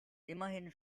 immerhin